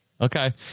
okay